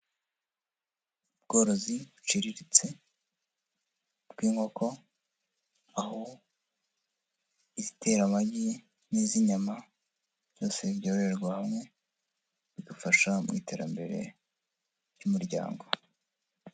Ubworozi buciriritse bw'inkoko, aho izitera amagi n'iz'inyama byose byorohererwa hamwe, bigafasha mu iterambere ry'umuryango.